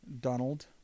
Donald